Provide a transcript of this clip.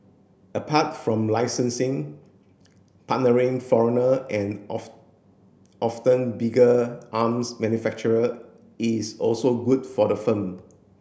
apart from licensing partnering foreigner and often bigger arms manufacturer is also good for the firm